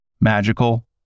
Magical